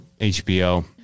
HBO